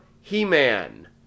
He-Man